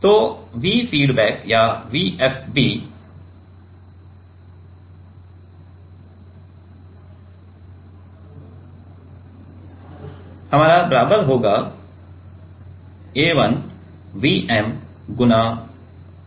तो V feedback या VFB A1 V m x बटा d के बराबर होगा